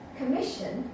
commission